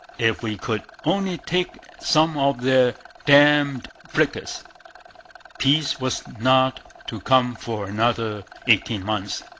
if we could only take some of their damned frigates peace was not to come for another eighteen months.